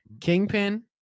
kingpin